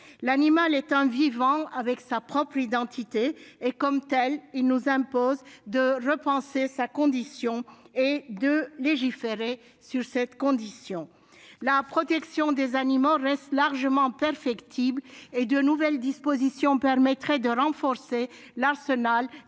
L'animal est un être vivant avec sa propre identité. En tant que tel, il nous impose de repenser sa condition et de légiférer à son sujet. La protection des animaux reste largement perfectible : de nouvelles dispositions permettraient de renforcer l'arsenal